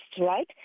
right